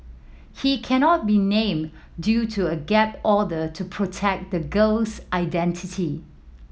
he cannot be named due to a gag order to protect the girl's identity